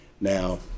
now